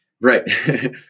right